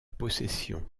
possession